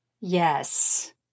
Yes